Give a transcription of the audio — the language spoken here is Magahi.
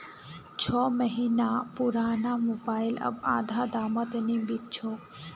छो महीना पुराना मोबाइल अब आधा दामत नी बिक छोक